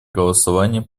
голосовании